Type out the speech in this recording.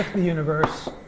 the universe